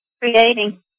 creating